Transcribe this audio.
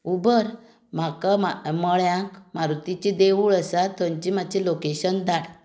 Uber म्हाका मळ्याक मारुतीचें देवूळ आसा थंयची मात्शी लोकेशन धाड